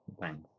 thanks